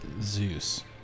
Zeus